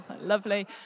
Lovely